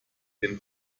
den